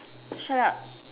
shut up